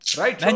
right